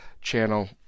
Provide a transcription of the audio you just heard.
channel